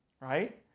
Right